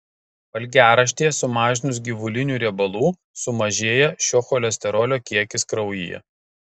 valgiaraštyje sumažinus gyvulinių riebalų sumažėja šio cholesterolio kiekis kraujyje